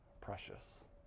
precious